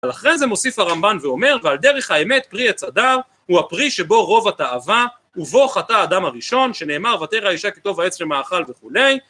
‫אבל אחרי זה מוסיף הרמב"ן ואומר, ‫ועל דרך האמת פרי עץ הדר ‫הוא הפרי שבו רוב התאווה ‫ובו חטא אדם הראשון, ‫שנאמר, ותרא האישה כי טוב ‫העץ למאכל וכולי.